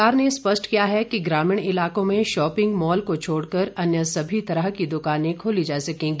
सरकार ने स्पष्ट किया है कि ग्रामीण इलाकों में शॉपिंग मॉल को छोड़कर अन्य सभी तरह की दुकानें खोली जा सकेंगी